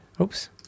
oops